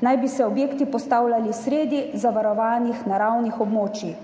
naj bi se objekti postavljali sredi zavarovanih naravnih območij,